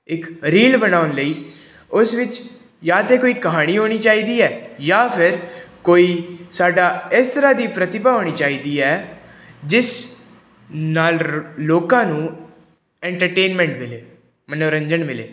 ਇੱਕ ਰੀਲ ਬਣਾਉਣ ਲਈ ਉਸ ਵਿੱਚ ਜਾਂ ਤਾਂ ਕੋਈ ਕਹਾਣੀ ਹੋਣੀ ਚਾਹੀਦੀ ਹੈ ਜਾਂ ਫਿਰ ਕੋਈ ਸਾਡਾ ਇਸ ਤਰ੍ਹਾਂ ਦੀ ਪ੍ਰਤਿਭਾ ਹੋਣੀ ਚਾਹੀਦੀ ਹੈ ਜਿਸ ਨਾਲ ਲੋਕਾਂ ਨੂੰ ਐਟਰਟੇਨਮੈਂਟ ਮਿਲੇ ਮਨੋਰੰਜਨ ਮਿਲੇ